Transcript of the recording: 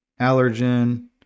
allergen